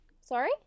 Sorry